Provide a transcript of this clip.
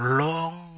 long